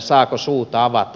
saako suuta avata